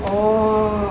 oh